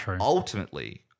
ultimately